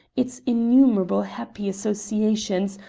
its innumerable happy associations,